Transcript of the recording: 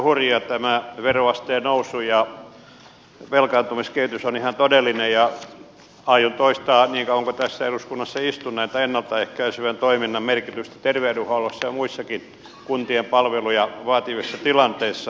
tämä veroasteen nousu ja velkaantumiskehitys on ihan todellinen ja aion toistaa niin kauan kuin tässä eduskunnassa istun tätä ennalta ehkäisevän toiminnan merkitystä terveydenhuollossa ja muissakin kuntien palveluja vaativissa tilanteissa